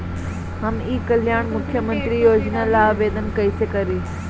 हम ई कल्याण मुख्य्मंत्री योजना ला आवेदन कईसे करी?